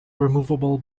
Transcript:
removable